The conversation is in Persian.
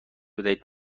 بدهید